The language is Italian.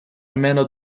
almeno